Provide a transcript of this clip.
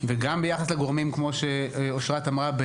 וגם ביחס לגורמים כמו שאושרת אמרה,